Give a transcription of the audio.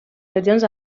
regions